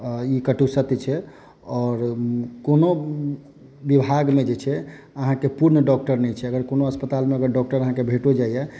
ई कटु सत्य छै आओर कोनो विभागमे जे छै आहाँकेँ पूर्ण डॉक्टर नहि छै अगर कोनो अस्पतालमे अगर डॉक्टर आहाँके भेटो जाएय